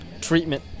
treatment